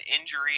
injury